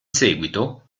seguito